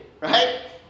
right